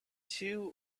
two